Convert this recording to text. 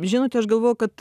žinote aš galvoju kad